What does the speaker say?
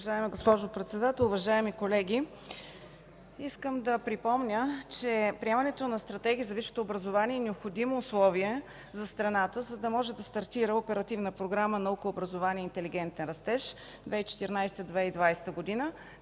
Уважаема госпожо Председател, уважаеми колеги! Искам да припомня, че приемането на Стратегия за висшето образование е необходимо условие за страната, за да може да стартира Оперативна програма „Наука, образование за интелигентен растеж” 2014 – 2020 г.